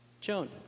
Joan